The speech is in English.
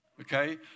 Okay